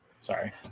Sorry